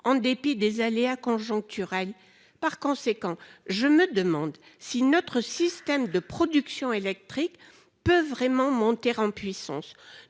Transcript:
en dépit des aléas conjoncturels. Par conséquent, je me demande si notre système de production électrique peuvent vraiment monter en puissance.